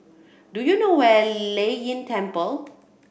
do you know where Lei Yin Temple